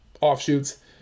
offshoots